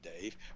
Dave